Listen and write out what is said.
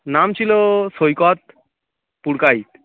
নাম ছিলো সৈকত পুরকাইত